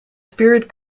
spirit